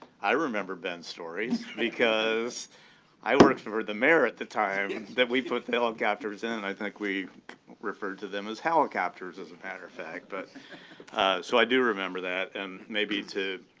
i remember ben's stories because i worked for the mayor at the time that we put the helicopters in, and i think we referred to them as howicopters, as a matter of fact. but so i do remember that. and maybe to